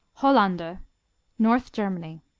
hollander north germany